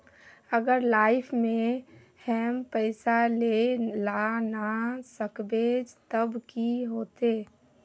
अगर लाइफ में हैम पैसा दे ला ना सकबे तब की होते?